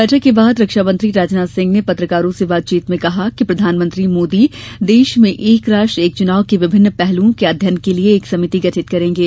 बैठक के बाद रक्षामंत्री राजनाथ सिंह ने पत्रकारों से बातचीत में कहा कि प्रधानमंत्री मोदी देश में एक राष्ट्र एक चुनाव के विभिन्न पहलुओं के अध्ययन के लिए एक समिति गठित करेंगे